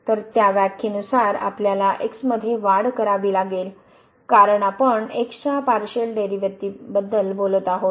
तर त्या व्याखेनुसार आपल्याला x मध्ये वाढ करावी लागेल कारण आपण x च्या पारशिअल डेरीवेटीबद्दल बोलत आहोत